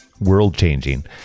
world-changing